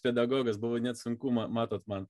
pedagogas buvo net sunku ma matot man